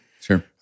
Sure